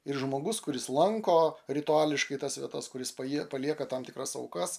ir žmogus kuris lanko rituališkai tas vietas kuris pajie palieka tam tikras aukas